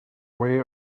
way